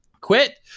Quit